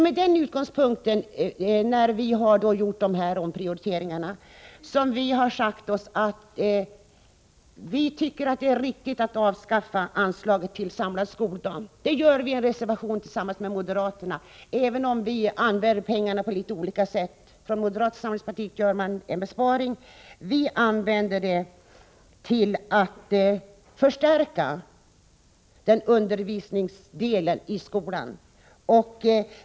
Med denna utgångspunkt har vi gjort våra omprioriteringar. Vi tycker att det är riktigt att avskaffa anslaget till samlad skoldag. Det föreslår vi i en reservation tillsammans med moderaterna, även om vi använder pengarna på litet olika sätt. Moderaterna vill göra en besparing, medan vi vill använda pengarna för att förstärka undervisningsdelen i skolan.